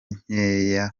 nkeya